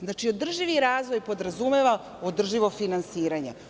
Znači, održivi razvoj podrazumeva održivo finansiranje.